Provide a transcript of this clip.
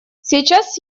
сейчас